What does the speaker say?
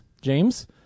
James